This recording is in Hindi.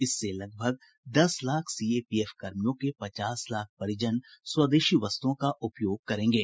इससे लगभग दस लाख सीएपीएफ कर्मियों के पचास लाख परिजन स्वदेशी वस्तुओं का उपयोग करेंगे